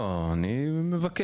לא, אני מבקש.